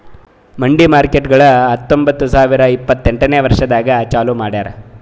ಮಂಡಿ ಮಾರ್ಕೇಟ್ಗೊಳ್ ಹತೊಂಬತ್ತ ಸಾವಿರ ಇಪ್ಪತ್ತು ಎಂಟನೇ ವರ್ಷದಾಗ್ ಚಾಲೂ ಮಾಡ್ಯಾರ್